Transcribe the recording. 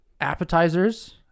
appetizers